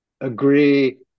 agree